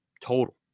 total